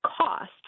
cost